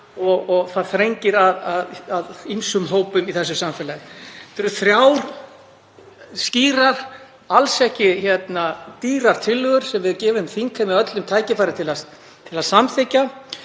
og það þrengir að ýmsum hópum í þessu samfélagi. Þetta eru þrjár skýrar, alls ekki dýrar, tillögur sem við gefum þingheimi öllum tækifæri til að samþykkja.